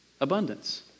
abundance